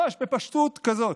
ממש, בפשטות כזאת.